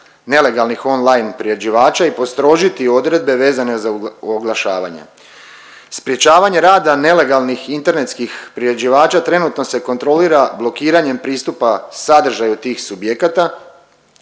nelegalnih online priređivača i postrožiti odredbe vezane za oglašavanje. Sprječavanje rada nelegalnih internetskih priređivača trenutno se kontrolira blokiranjem pristupa sadržaju tih subjekata